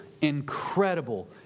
incredible